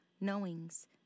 knowings